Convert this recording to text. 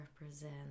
represent